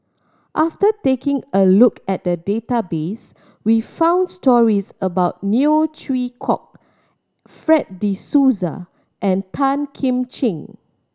after taking a look at the database we found stories about Neo Chwee Kok Fred De Souza and Tan Kim Ching